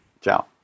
ciao